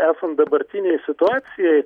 esant dabartinei situacijai